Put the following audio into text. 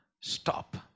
stop